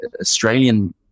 australian